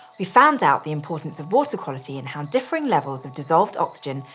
we found out the importance of water quality and how differing levels of dissolved oxygen,